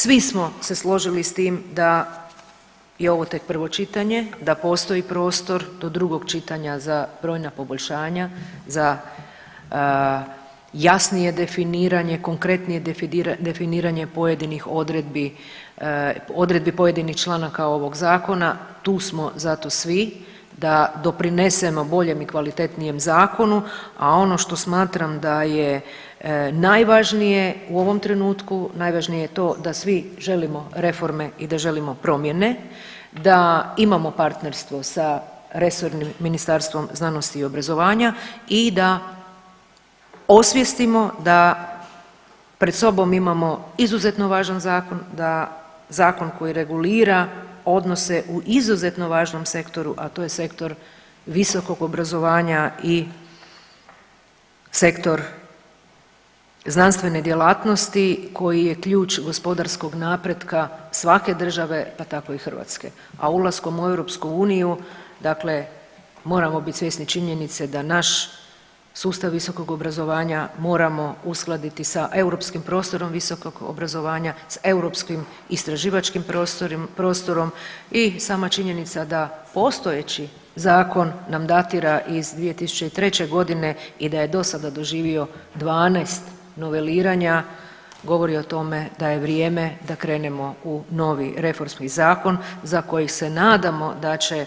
Svi smo se složiti s tim da je ovo tek prvo čitanje, da postoji prostor do drugog čitanja za brojna poboljšanja, za jasnije definiranje, konkretnije definiranje pojedinih odredbi, odredbi pojedinih članka ovog zakona, tu smo zato svi da doprinesemo boljem i kvalitetnijem zakonu, a ono što smatram da je najvažnije, u ovom trenutku najvažnije je to da svi želimo reforme i da želimo promjene, da imamo partnerstvo sa resornim Ministarstvom znanosti i obrazovanja i da osvijestimo da pred sobom imamo izuzetno važan zakon, da zakon koji regulira odnose u izuzetno važnom sektoru, a to je sektor visokog obrazovanja i sektor znanstvene djelatnosti koji je ključ gospodarskog napretka svake države, pa tako i Hrvatske, a ulaskom u EU dakle moramo bit svjesni činjenice da naš sustav visokog obrazovanja moramo uskladiti sa europskim prostorom visokog obrazovanja, s europskim istraživačkim prostorom i sama činjenica da postojeći zakon nam datira iz 2003.g. i da je dosada doživio 12 noveliranja, govori o tome da je vrijeme da krenemo u novi reformski zakon za koji se nadamo da će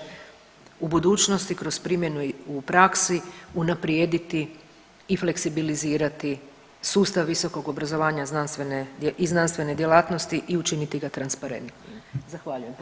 u budućnosti i kroz primjenu u praksi unaprijediti i fleksibilizirati sustav visokog obrazovanja znanstvene i znanstvene djelatnosti i učiniti ga transparentnijim, zahvaljujem se.